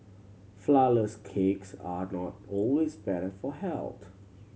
flourless cakes are not always better for health